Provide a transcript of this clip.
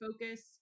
Focus